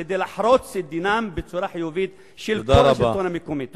כדי לחרוץ את הדין של כל השלטון המקומי בצורה חיובית.